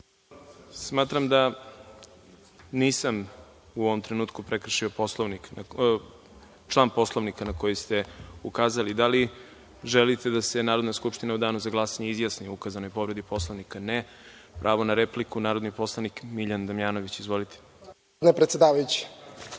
da nisam u ovom trenutku prekršio član Poslovnika na koji ste ukazali. Da li želite da se Narodna skupština u danu za glasanje izjasni o ukazanoj povredi Poslovnika? (Ne.)Pravo na repliku, narodni poslanik Miljan Damjanović. Izvolite. MILjAN